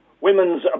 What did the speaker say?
women's